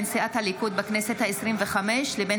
בין סיעת הליכוד בכנסת העשרים-וחמש לבין